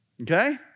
Okay